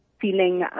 feeling